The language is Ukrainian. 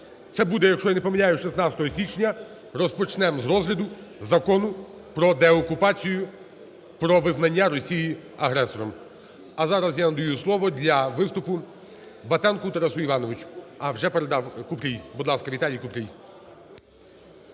це буде, якщо я не помиляюсь, 16 січня, розпочнемо з розгляду Закону про деокупацію, про визнання Росії агресором. А зараз я надаю слово для виступу Батенку Тарасу Івановичу. А, вже передав? Купрій. Будь ласка, Віталій Купрій.